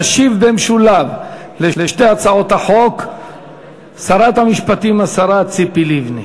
תשיב במשולב על שתי הצעות החוק שרת המשפטים ציפי לבני.